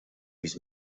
his